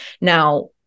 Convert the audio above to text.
Now